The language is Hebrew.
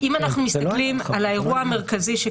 אם אנחנו מסתכלים על האירוע המרכזי,